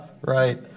right